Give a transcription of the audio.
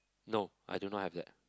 no I do not have that